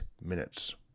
minutes